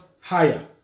higher